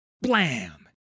Blam